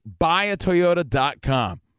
buyatoyota.com